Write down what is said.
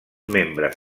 membres